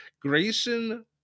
Grayson